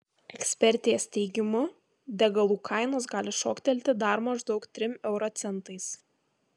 ekspertės teigimu degalų kainos gali šoktelti dar maždaug trim euro centais